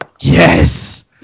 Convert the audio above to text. Yes